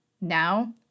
Now